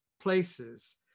places